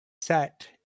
set